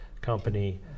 company